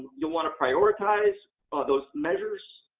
you'll want to prioritize those measures